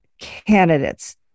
candidates